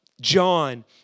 John